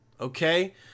Okay